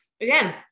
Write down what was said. Again